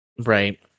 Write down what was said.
Right